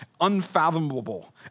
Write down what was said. unfathomable